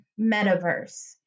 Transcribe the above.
metaverse